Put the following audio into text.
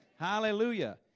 Hallelujah